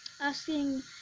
asking